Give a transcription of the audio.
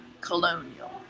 colonial